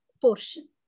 portion